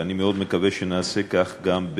ואני מאוד מקווה שנעשה כך גם,